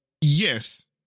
Yes